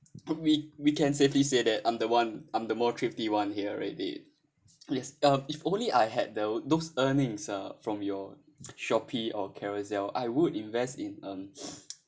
we we can safely say that I'm the one I'm the more thrifty one here already yes if only I had the those earnings uh from your shopee or carousell I would invest in um